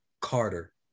Carter